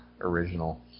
original